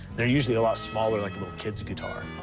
they're usually a lot smaller, like a little kid's guitar.